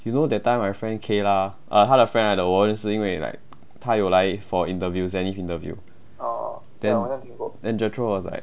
you know that time my friend kayla uh 他的 friend 来的我认识因为 like 她有来 for interviews zenith interview then then jethro was like